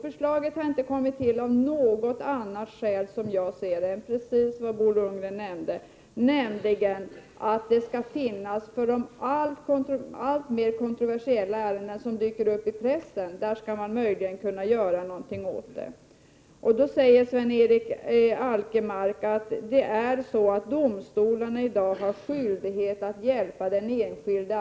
Förslaget har inte kommit till av något annat skäl — som jag ser det — än det som Bo Lundgren nämnde, nämligen att man när det gäller de alltmer kontroversiella ärenden som dyker upp i pressen skall ha möjligheter att kunna göra någonting. Sven-Erik Alkemark sade att domstolarna i dag har skyldighet att hjälpa den enskilde.